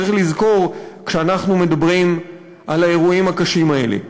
צריך לזכור כשאנחנו מדברים על האירועים הקשים האלה.